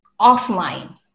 offline